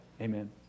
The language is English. Amen